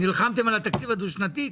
נלחמתם על התקציב הדו שנתי.